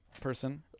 person